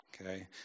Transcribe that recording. Okay